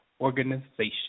organization